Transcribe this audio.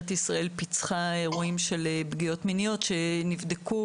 ישראל פיצחה אירועים של פגיעות מיניות שנבדקו